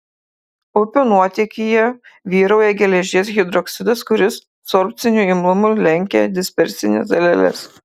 upių nuotėkyje vyrauja geležies hidroksidas kuris sorbciniu imlumu lenkia dispersines daleles